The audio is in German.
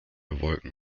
wolken